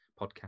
podcast